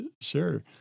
Sure